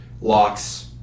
locks